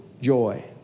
joy